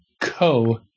co